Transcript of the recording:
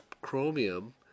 chromium